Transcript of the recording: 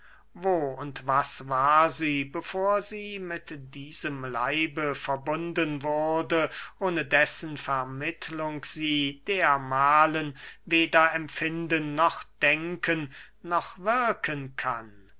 wo und was war sie bevor sie mit diesem leibe verbunden wurde ohne dessen vermittlung sie dermahlen weder empfinden noch denken noch wirken kann